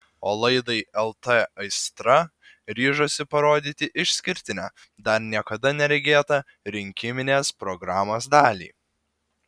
o laidai lt aistra ryžosi parodyti išskirtinę dar niekada neregėtą rinkiminės programos dalį